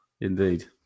Indeed